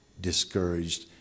discouraged